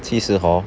其实 hor